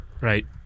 Right